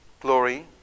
Glory